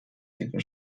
jego